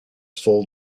full